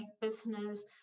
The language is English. business